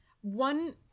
One